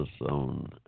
on